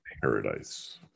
paradise